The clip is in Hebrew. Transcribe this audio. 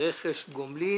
לרכש גומלין.